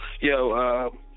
Yo